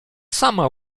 sama